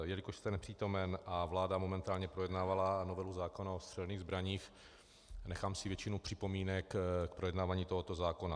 Jelikož jste nepřítomen a vláda momentálně projednávala novelu zákona o střelných zbraních, nechám si většinu připomínek k projednávání tohoto zákona.